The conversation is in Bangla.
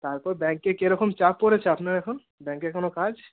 তারপর ব্যাংকে কীরকম চাপ পড়েছে আপনার এখন ব্যাংকের কোনও কাজ